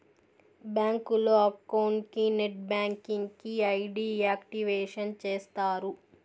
బ్యాంకులో అకౌంట్ కి net banking కి ఐ.డి యాక్టివేషన్ చేస్తారు